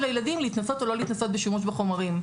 הילדים אם להתנסות או לא להתנסות בשימוש בחומרים.